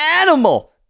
animal